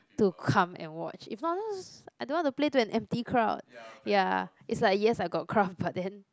to come and watch if not I don't want to play to an empty crowd ya is like yes I got crowd but then